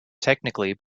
technically